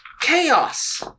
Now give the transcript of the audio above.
chaos